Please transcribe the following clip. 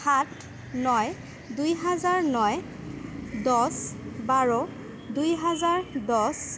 সাত ন দুই হাজাৰ ন দছ বাৰ দুই হাজাৰ দছ